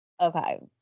okay